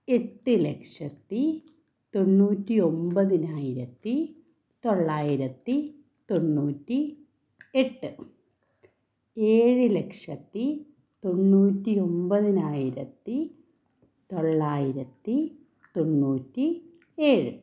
എട്ടു ലക്ഷത്തി തൊണ്ണൂറ്റി ഒന്പതിനായിരത്തി തൊള്ളായിരത്തി തൊണ്ണൂറ്റി എട്ട് ഏഴു ലക്ഷത്തി തൊണ്ണൂറ്റി ഒന്പതിനായിരത്തി തൊള്ളായിരത്തി തൊണ്ണൂറ്റി ഏഴ്